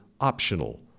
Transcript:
optional